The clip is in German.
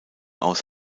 aus